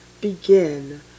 begin